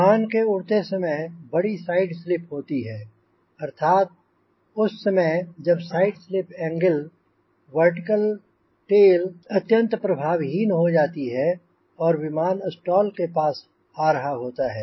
विमान के उड़ते समय बड़ी साइड स्लिप होती है अर्थात उस समय जब side slip angle vertical tail अत्यंत प्रभावहीन हो जाती है और विमान स्टॉल के पास आ रहा होता है